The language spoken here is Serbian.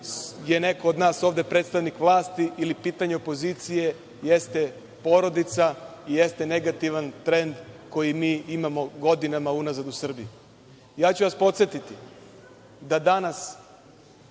je neko od nas ovde predstavnik vlasti ili opozicije, jeste porodica i jeste negativan trend koji mi imamo godinama unazad u Srbiji. Podsetiću vas da danas